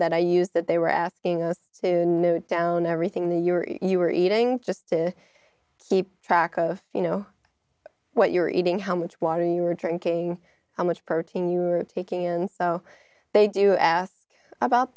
that i used that they were asking us to down everything the your you were eating just to keep track of you know what you're eating how much water you are drinking how much protein you are taking and so they do ask about